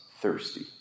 thirsty